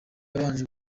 yabanje